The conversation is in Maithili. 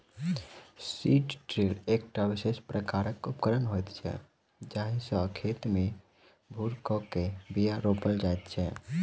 सीड ड्रील एकटा विशेष प्रकारक उपकरण होइत छै जाहि सॅ खेत मे भूर क के बीया रोपल जाइत छै